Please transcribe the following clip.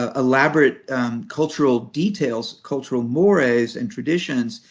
ah elaborate cultural details, cultural mores and traditions,